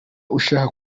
ushaka